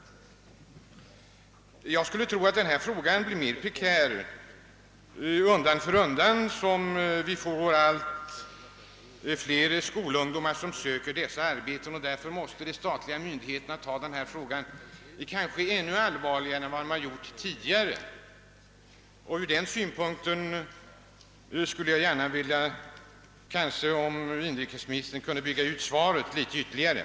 Jag skulle tro att denna fråga blir alltmer framträdande allteftersom fler ungdomar söker feriearbete. Därför bör de statliga myndigheterna se på denna fråga ännu allvarligare än vad som tidigare varit fallet. Ur den synpunkten vill jag hemställa att inrikesministern litet mera ingående utvecklade vad som sagts i svaret.